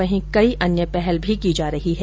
वहीं कई अन्य पहल भी की जा रही हैं